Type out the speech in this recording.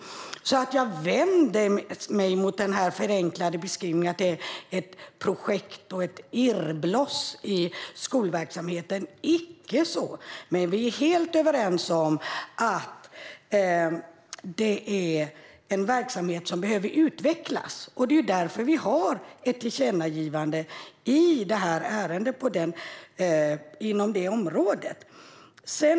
Jag vänder mig därför mot den förenklade beskrivningen att det är ett projekt och ett irrbloss i skolverksamheten - icke så. Vi är dock helt överens om att denna verksamhet behöver utvecklas. Det är därför det finns ett tillkännagivande på detta område.